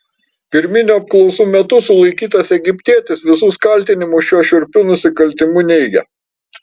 pirminių apklausų metu sulaikytas egiptietis visus kaltinimus šiuo šiurpiu nusikaltimu neigia